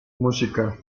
música